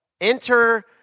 Enter